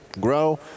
grow